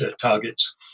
targets